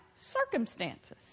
circumstances